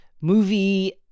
movie